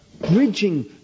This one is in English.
Bridging